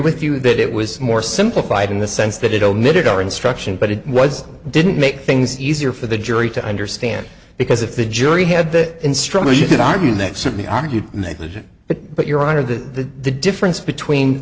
with you that it was more simplified in the sense that it omitted our instruction but it was didn't make things easier for the jury to understand because if the jury had the instrument you could argue next to me argue negligent but but your honor the the difference between